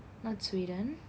not sweden